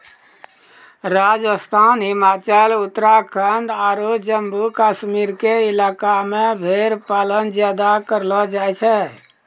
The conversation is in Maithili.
राजस्थान, हिमाचल, उत्तराखंड आरो जम्मू कश्मीर के इलाका मॅ भेड़ पालन ज्यादा करलो जाय छै